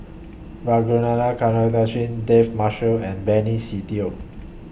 Ragunathar David Marshall and Benny Se Teo